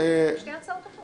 שתי הצעות החוק.